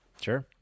Sure